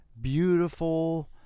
beautiful